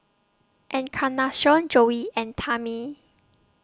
Encarnacion Joey and Tammie